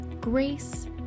Grace